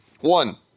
One